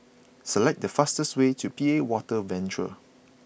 select the fastest way to P A Water Venture